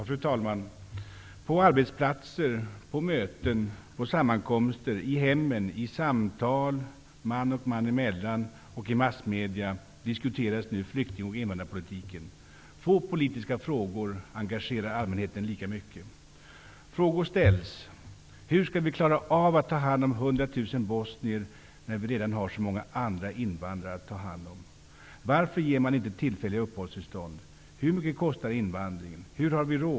Fru talman! På arbetsplatser, på möten och sammankomster, i hemmen, i samtal man och man emellan och i massmedia diskuteras nu flyktingoch invandrarpolitiken. Få politiska frågor engagerar allmänheten lika mycket. Frågor ställs. Hur skall vi klara av att ta hand om 100 000 bosnier, när vi redan har så många andra invandrare att ta hand om? Varför ger man inte tillfälliga uppehållstillstånd? Hur mycket kostar invandringen? Hur har vi råd?